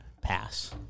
Pass